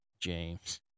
James